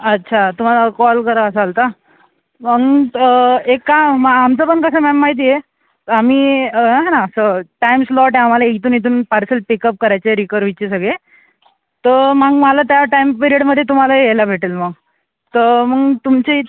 अच्छा तुम्हाला कॉल करा असाल का तर एक काम आमचं पण कसं आहे मॅम माहिती आहे मी आहे ना असं टाईम स्लॉट आहे आम्हाला इथून इथून पार्सल पिकअप करायचं आहे रिकर्वीचे सगळे तर मग मला त्या टाईम पिरेडमध्ये तुम्हाला यायला भेटेल मग तर मग तुमचीच